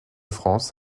france